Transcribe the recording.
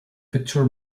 victor